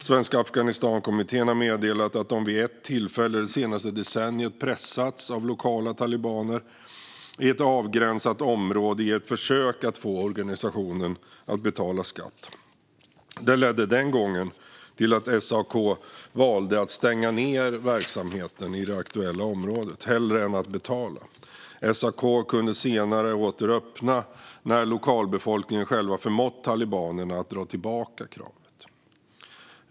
Svenska Afghanistankommittén har meddelat att de vid ett tillfälle det senaste decenniet pressats av lokala talibaner i ett avgränsat område i ett försök att få organisationen att betala skatt. Det ledde den gången till att SAK valde att stänga ned verksamheten i det aktuella området hellre än att betala. SAK kunde senare åter öppna när lokalbefolkningen själva förmått talibanerna att dra tillbaka kravet.